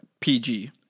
PG